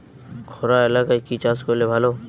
খরা এলাকায় কি চাষ করলে ভালো?